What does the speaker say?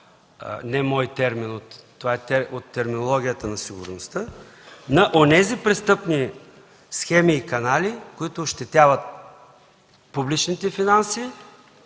не мой термин от терминологията на сигурността, на онези престъпни схеми и канали, които ощетяват публичните финанси